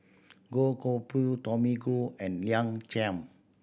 Goh Koh Pui Tommy Koh and Liang Chiam